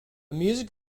music